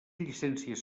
llicències